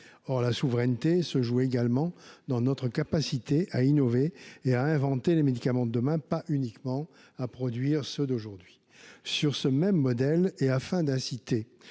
Or la souveraineté se joue également dans notre capacité à innover, à inventer les médicaments de demain, et non uniquement à produire ceux d’aujourd’hui. Sur ce même modèle, afin de